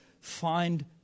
find